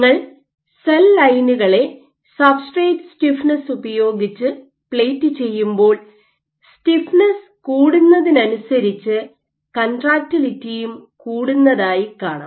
നിങ്ങൾ സെൽ ലൈനുകളെ substrate stiffness ഉപയോഗിച്ച് പ്ലേറ്റ് ചെയ്യുമ്പോൾ സ്റ്റിഫ്നെസ്സ് കൂടുന്നതിനനുസരിച്ച് കൺട്രാക്ടിലിറ്റിയും കൂടുന്നതായി കാണാം